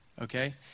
Okay